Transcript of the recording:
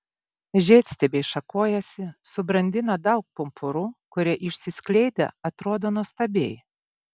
žiedstiebiai šakojasi subrandina daug pumpurų kurie išsiskleidę atrodo nuostabiai